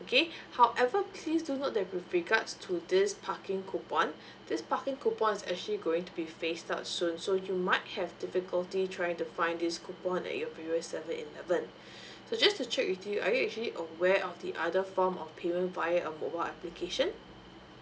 okay however please do note that with regards to this parking coupon this parking coupon is actually going to be phased out soon so you might have difficulty trying to find this coupon at your previous seven eleven so just to check with you are you actually aware of the other form of payment via a mobile application